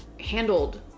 handled